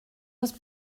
was